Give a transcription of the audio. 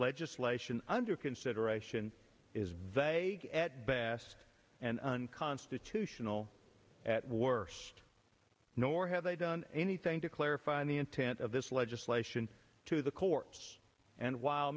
legislation under consideration is vague at best and unconstitutional at worst nor have they done anything to clarify the intent of this legislation through the courts and while